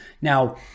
Now